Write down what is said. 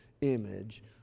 image